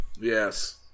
Yes